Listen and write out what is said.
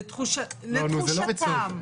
לתחושתם.